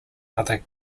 other